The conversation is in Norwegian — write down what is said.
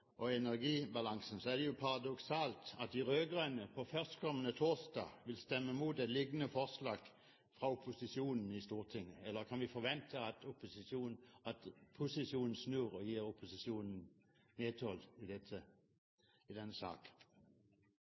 kraft- og energibalansen, er det paradoksalt at de rød-grønne førstkommende torsdag vil stemme imot et liknende forslag fra opposisjonen i Stortinget. Kan vi forvente at posisjonen snur og gir opposisjonen medhold i denne saken? Det er ingen snuoperasjon her i